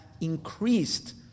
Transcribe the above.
increased